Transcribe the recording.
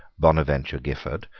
bonaventure giffard,